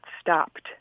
stopped